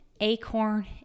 Acorn